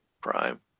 Prime